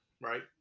right